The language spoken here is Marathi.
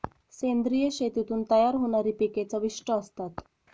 सेंद्रिय शेतीतून तयार होणारी पिके चविष्ट असतात